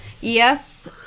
Yes